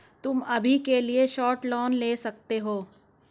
तुम अभी के लिए शॉर्ट लोन ले सकते हो